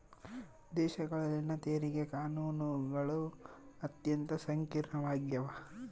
ದೇಶಗಳಲ್ಲಿನ ತೆರಿಗೆ ಕಾನೂನುಗಳು ಅತ್ಯಂತ ಸಂಕೀರ್ಣವಾಗ್ಯವ